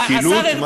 השקילות.